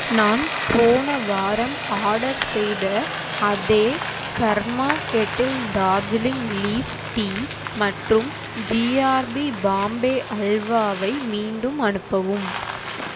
நான் போன வாரம் ஆர்டர் செய்த அதே Karma Kettle Darjeeling leaf tea மற்றும் ஜிஆர்பி பாம்பே அல்வாவை மீண்டும் அனுப்பவும்